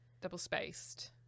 double-spaced